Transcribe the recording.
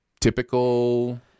typical